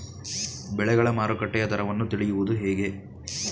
ಬೆಳೆಗಳ ಮಾರುಕಟ್ಟೆಯ ದರವನ್ನು ತಿಳಿಯುವುದು ಹೇಗೆ?